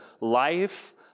life